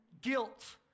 guilt